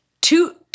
Two